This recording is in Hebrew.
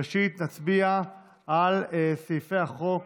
ראשית נצביע על סעיפי החוק